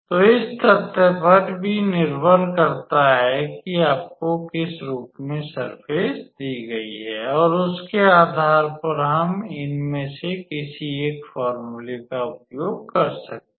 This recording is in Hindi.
तो यह इस तथ्य पर भी निर्भर करता है कि आपको किस रूप में सर्फ़ेस दी गई है और उसके आधार पर हम इनमें से किसी एक फोर्मूले का उपयोग कर सकते हैं